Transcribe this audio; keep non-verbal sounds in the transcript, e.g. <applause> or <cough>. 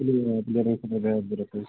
<unintelligible>